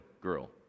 girl